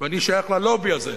ואני שייך ללובי הזה,